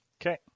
Okay